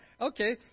Okay